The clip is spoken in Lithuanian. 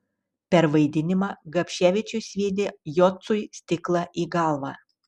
per vaidinimą gapševičius sviedė jocui stiklą į galvą